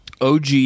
OG